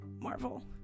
marvel